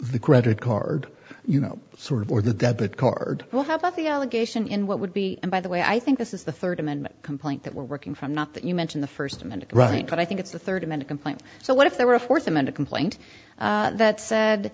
the credit card you know sort of or the debit card well how about the allegation in what would be and by the way i think this is the third amendment complaint that we're working from not that you mention the first amendment right but i think it's a thirty minute complaint so what if there were a foursome and a complaint that said